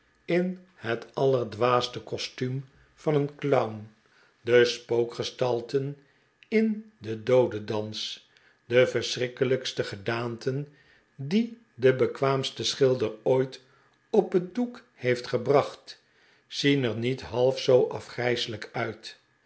in het allerdwaaste costuum van een clown de spookgestalten in den doodendans de versehrikkelijkste gedaanten die de bekwaamste schilder ooit op'het doek heeft gebracht zien er niet half zoo afgrijselijk uit